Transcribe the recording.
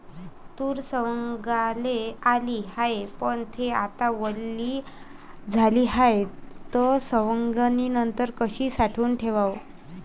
तूर सवंगाले आली हाये, पन थे आता वली झाली हाये, त सवंगनीनंतर कशी साठवून ठेवाव?